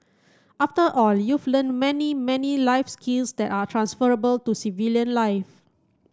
after all you've learnt many many life skills that are transferable to civilian life